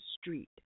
street